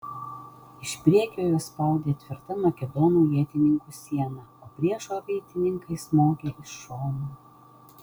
iš priekio juos spaudė tvirta makedonų ietininkų siena o priešo raitininkai smogė iš šono